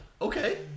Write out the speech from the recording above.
Okay